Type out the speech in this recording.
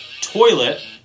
toilet